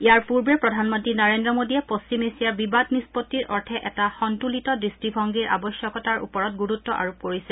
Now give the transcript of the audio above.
ইয়াৰ পূৰ্বে প্ৰধানমন্ত্ৰী নৰেদ্ৰ মোদীয়ে পশ্চিম এছিয়াৰ বিবাদ নিষ্পত্তিৰ অৰ্থে এটা সন্তুলিত দৃষ্টিভংগীৰ আৱশ্যকতাৰ ওপৰত গুৰুত্ব আৰোপ কৰিছে